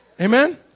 Amen